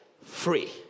free